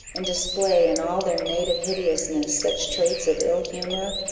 and display, in all their native hideousness, such traits of ill-humour,